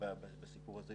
בסיפור הזה,